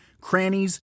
crannies